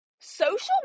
Social